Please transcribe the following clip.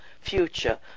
future